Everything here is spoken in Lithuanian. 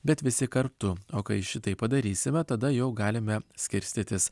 bet visi kartu o kai šitai padarysime tada jau galime skirstytis